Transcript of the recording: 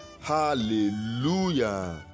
Hallelujah